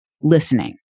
listening